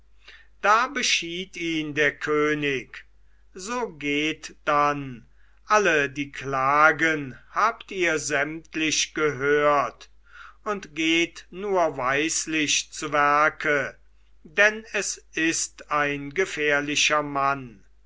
da beschied ihn der könig so geht dann alle die klagen habt ihr sämtlich gehört und geht nur weislich zu werke denn es ist ein gefährlicher mann